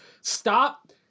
Stop